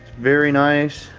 very nice,